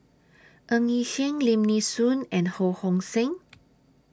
Ng Yi Sheng Lim Nee Soon and Ho Hong Sing